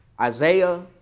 Isaiah